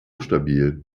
stabil